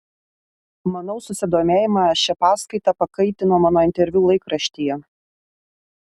manau susidomėjimą šia paskaita pakaitino mano interviu laikraštyje